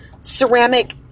ceramic